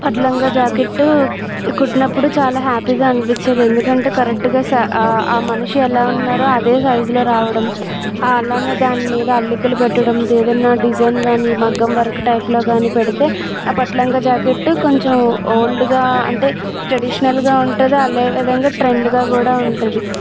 పట్టు లంగా జాకెట్టు కుట్టినప్పుడు చాలా హ్యాపీగా అనిపించేది ఎందుకంటే కరెక్ట్గా ఆ ఆ మనిషి ఎలా ఉన్నారో అదే సైజులో రావడం ఆ అలాగే దాని మీద అల్లికలు పెట్టడం ఏదన్న డిజైన్ కానీ మగ్గం వర్క్ టైప్లో కానీపెడితే ఆ పట్టు లంగా జాకెట్టు కొంచెం ఓల్డ్గా అంటే ట్రెడిషనల్గా ఉంటుంది అదే విధంగా ట్రెండ్గా కూడా ఉంటుంది